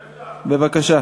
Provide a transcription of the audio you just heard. בבקשה.